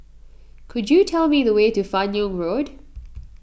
could you tell me the way to Fan Yoong Road